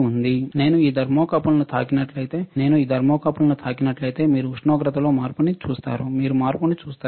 నేను ఈ థర్మోకపుల్ను తాకినట్లయితే నేను థర్మోకపుల్ను తాకినట్లయితే మీరు ఉష్ణోగ్రతలో మార్పును చూస్తారు మీరు మార్పును చూస్తారు